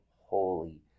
holy